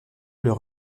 leur